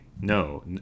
No